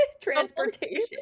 Transportation